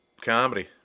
comedy